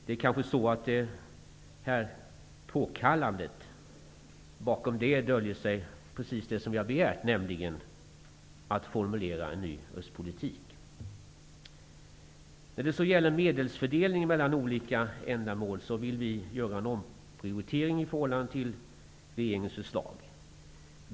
Det kan hända att det bakom detta påkallande döljer sig precis det som jag har begärt, nämligen att man skall formulera en ny östpolitik. När det gäller medelsfördelningen mellan olika ändamål, vill vi göra en omprioritering i förhållande till regeringens förslag.